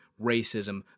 racism